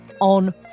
on